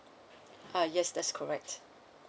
uh yes that's correct